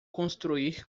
construir